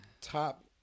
top